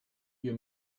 you